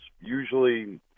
Usually